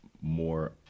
more